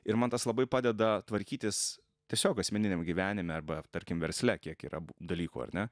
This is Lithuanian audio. ir man tas labai padeda tvarkytis tiesiog asmeniniam gyvenime arba tarkim versle kiek yra dalykų ar ne